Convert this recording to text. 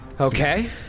Okay